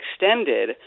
extended